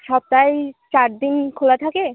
সপ্তাহে চার দিন খোলা থাকে